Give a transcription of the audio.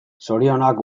zorionak